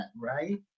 right